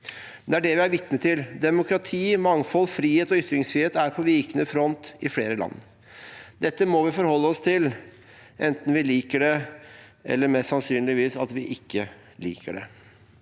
Det er det vi er vitne til. Demokrati, mangfold, frihet og ytringsfrihet er på vikende front i flere land. Dette må vi forholde oss til, enten vi liker det eller, mest sannsynlig, ikke liker det.